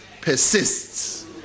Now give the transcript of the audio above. persists